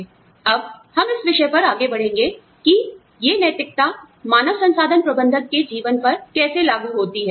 अब हम इस विषय पर आगे बढ़ेंगे कि ये नैतिकता मानव संसाधन प्रबंधक के जीवन पर कैसे लागू होती हैं